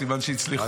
אז סימן שהצליחו.